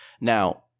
Now